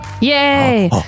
Yay